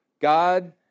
God